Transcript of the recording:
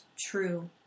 true